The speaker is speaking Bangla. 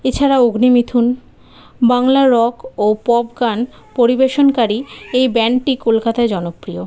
এছাড়াও অগ্নি মিথুন বাংলা রক ও পপ গান পরিবেশনকারী এই ব্যান্ডটি কলকাতায় জনপ্রিয়